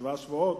שבעה שבועות,